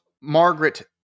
Margaret